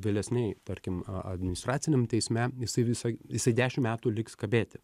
vėlesnėj tarkim a administraciniam teisme jisai visą jisai dešimt metų liks kabėti